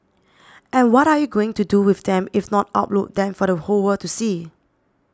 and what are you going to do with them if not upload them for the whole world to see